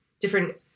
Different